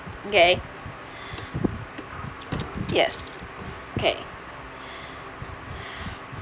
okay yes okay